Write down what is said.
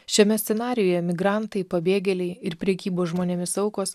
šiame scenarijuje migrantai pabėgėliai ir prekybos žmonėmis aukos